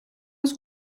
ist